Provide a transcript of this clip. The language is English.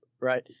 right